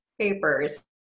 papers